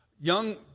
Young